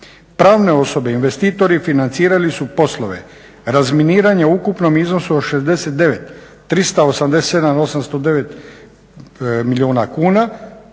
Pravne osobe, investitori financirali su poslove razminiranja u ukupnom iznosu od 69 387 809 milijuna kuna.